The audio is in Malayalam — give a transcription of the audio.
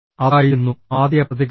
അതായിരുന്നു ആദ്യ പ്രതികരണം